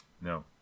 no